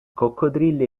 coccodrilli